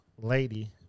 lady